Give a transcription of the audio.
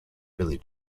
billie